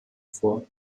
vor